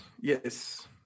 Yes